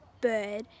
bird